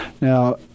Now